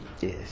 Yes